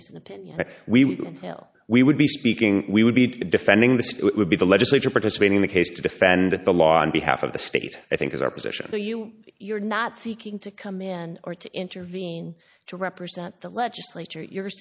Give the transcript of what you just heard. recent opinion we feel we would be speaking we would be defending this it would be the legislature participating the case to defend the law on behalf of the state i think is our position so you you're not seeking to come in or to intervene to represent the legislature you're